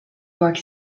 york